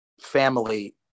family